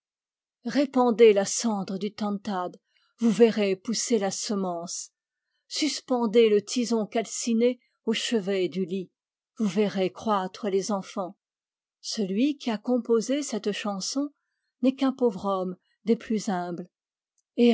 répandez la cendre du tantad vous verrez pousser la semence suspendez le tison calciné au chevet du lit vous verrez croître les enfants celui qui a composé cette chanson n'est qu'un pauvre homme des plus humbles